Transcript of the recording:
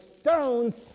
stones